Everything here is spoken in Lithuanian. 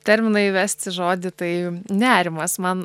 terminą įvesti žodį tai nerimas man